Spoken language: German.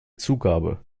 zugabe